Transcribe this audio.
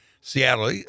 Seattle